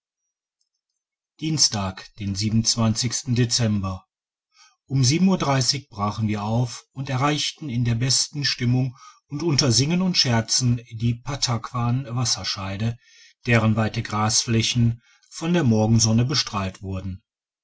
dienstag den dezember um sieben uhr brachen wir auf und erreichten in der besten stimmung und unter singen und scherzen die pattakwanwasserscheide deren weite grasflächen von der morgensonne bestrahlt wurden